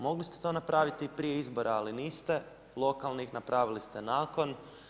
Mogli ste to napraviti i prije izbora, ali niste, lokalnih, napravili ste nakon.